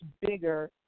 bigger